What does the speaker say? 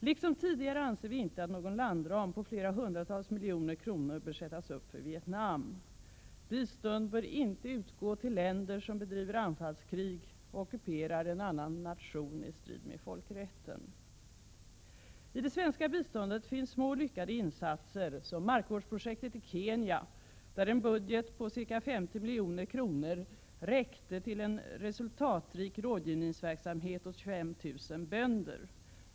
Liksom tidigare anser vi att någon landram på flera hundratals miljoner kronor inte bör sättas upp för Vietnam. Bistånd bör inte utgå till länder som bedriver anfallskrig och som ockuperar en annan nation i strid med folkrätten. I det svenska biståndet finns små lyckade insatser som markvårdsprojektet i Kenya, där en budget på ca 50 milj.kr. räckte till en resultatrik rådgivningsverksamhet åt 25 000 bönder.